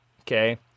Okay